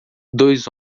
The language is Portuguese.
dois